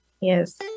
Yes